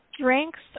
Drinks